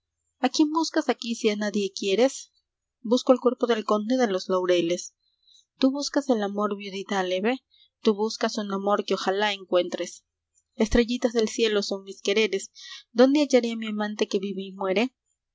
a quién buscas aquí si a nadie quieres busco el cuerpo del conde de los laureles tú buscas el amor viudita aleve tú buscas un amor que ojalá encuentres estrellitas del cielo son mis quereres dónde hallaré a mi amante que vive y muere